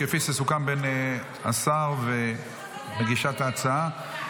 כפי שסוכם בין השר ומגישת ההצעה.